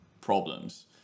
problems